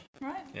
Right